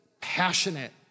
passionate